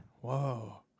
Whoa